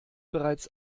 bereits